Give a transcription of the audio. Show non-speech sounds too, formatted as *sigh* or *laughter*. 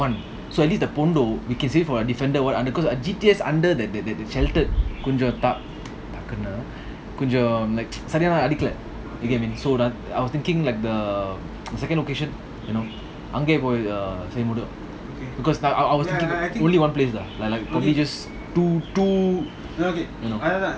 just one so at least the we can save for defender what under cause G_T_S under the the the sheltered கொஞ்சம்:konjam you get what I mean so I was thinking like the *noise* the second location you know அங்கேபோய்:ange poi cause I I I was thinking only one place lah like like probably just two two you know